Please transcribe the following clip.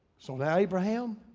so now abraham,